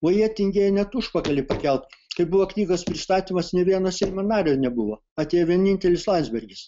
o jie tingėjo net užpakalį pakelt kai buvo knygos pristatymas nė vieno seimo nario nebuvo atėjo vienintelis landsbergis